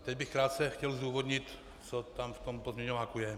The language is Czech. Teď bych krátce chtěl zdůvodnit, co v tom pozměňováku je.